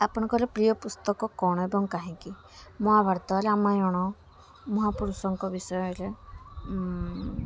ଆପଣଙ୍କର ପ୍ରିୟ ପୁସ୍ତକ କଣ ଏବଂ କାହିଁକି ମହାଭାରତ ରାମାୟଣ ମହାପୁରୁଷଙ୍କ ବିଷୟରେ